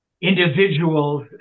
individuals